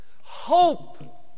Hope